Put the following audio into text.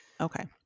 Okay